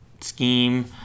scheme